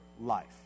life